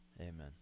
Amen